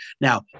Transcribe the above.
Now